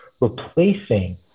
replacing